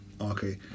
Okay